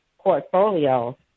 portfolio